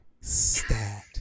Stat